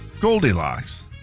Goldilocks